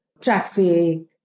traffic